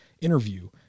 interview